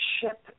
ship